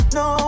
no